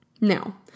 Now